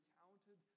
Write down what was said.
counted